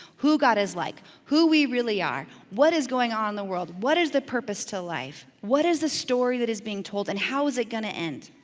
who god is like, who we really are, what is going on in the world, what is the purpose to life, what is the story that is being told and how is it gonna end?